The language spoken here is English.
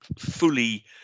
fully